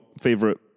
favorite